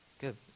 Good